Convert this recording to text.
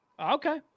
Okay